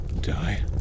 Die